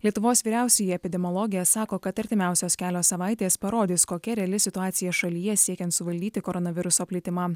lietuvos vyriausioji epidemiologė sako kad artimiausios kelios savaitės parodys kokia reali situacija šalyje siekiant suvaldyti koronaviruso plitimą